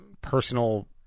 personal